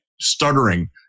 stuttering